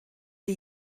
die